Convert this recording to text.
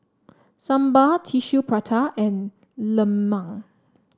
Sambal Tissue Prata and Lemang